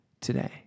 today